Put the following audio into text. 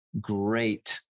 great